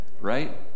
right